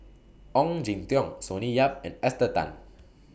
Ong Jin Teong Sonny Yap and Esther Tan